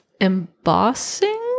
embossing